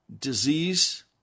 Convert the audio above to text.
Disease